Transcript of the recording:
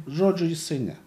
žodžių jisai ne